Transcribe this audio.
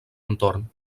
entorn